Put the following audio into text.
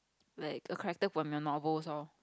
like a character from your novels lor